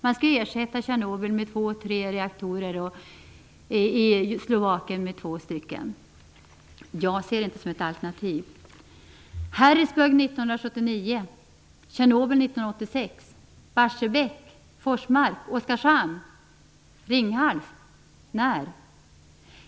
Man skall ersätta Slovakien. Jag ser det inte som ett alternativ. Forsmark, Oskarshamn, Ringhals - när?